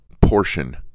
portion